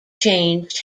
changed